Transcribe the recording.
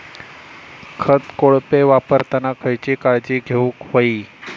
खत कोळपे वापरताना खयची काळजी घेऊक व्हयी?